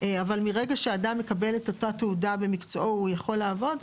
אבל מרגע שאדם מקבל את אותה תעודה במקצועו הוא יכול לעבוד,